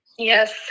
Yes